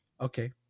Okay